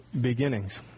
beginnings